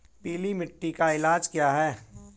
पीली मिट्टी का इलाज क्या है?